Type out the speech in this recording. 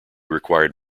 required